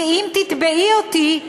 כי אם תתבעי אותי,